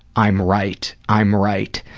i'm right. i'm right.